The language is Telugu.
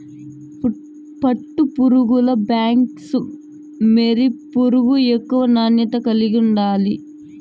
పట్టుపురుగుల్ల బ్యాంబిక్స్ మోరీ పురుగు ఎక్కువ నాణ్యత కలిగుండాది